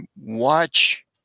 watch